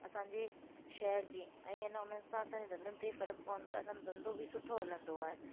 असांजे शहर जी ऐं है न उन्हनि सां असांजे धंधनि ते फर्क़ु पवंदो आहे असांजो धंधो बि सुठो हलंदो आहे